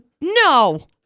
No